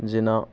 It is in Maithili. जेना